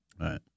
Right